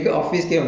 oh okay